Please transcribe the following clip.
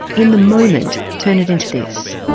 in the moment, turn it into this.